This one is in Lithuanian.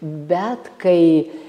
bet kai